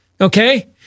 Okay